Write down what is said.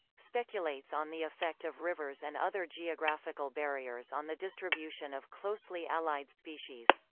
speculates on the effect of rivers and other geographical barriers on the distribution of closely allied species.